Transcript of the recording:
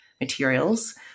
materials